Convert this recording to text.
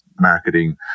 Marketing